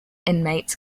inmates